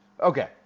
Okay